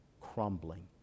crumbling